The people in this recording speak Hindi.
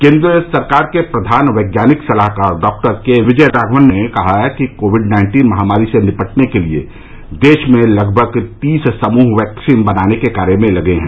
केंद्र सरकार के प्रधान वैज्ञानिक सलाहकार डॉक्टर के विजयराघवन ने कहा है कि कोविड नाइन्टीन महामारी से निपटने के लिए देश में लगभग तीस समूह वैक्सीन बनाने के कार्य में लगे हैं